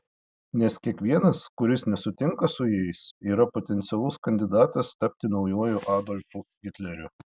nes kiekvienas kuris nesutinka su jais yra potencialus kandidatas tapti naujuoju adolfu hitleriu